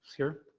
here.